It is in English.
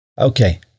Okay